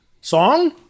Song